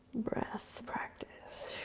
breath practice.